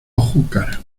júcar